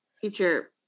future